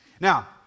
Now